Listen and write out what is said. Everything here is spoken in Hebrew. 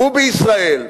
ובישראל,